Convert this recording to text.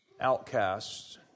outcasts